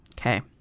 okay